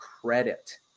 credit